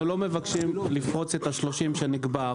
אנחנו לא מבקשים לפרוץ את ה-30 שנקבע,